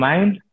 Mind